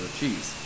cheese